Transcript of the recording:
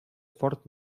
fort